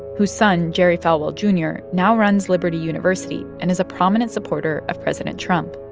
whose son, jerry falwell jr, now runs liberty university and is a prominent supporter of president trump